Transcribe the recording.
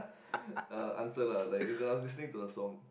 uh answer lah like it was when I was listening to a song